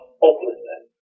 hopelessness